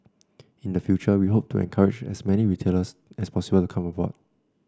in the future we hope to encourage as many retailers as possible to come on board